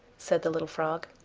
said the little frog.